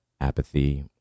apathy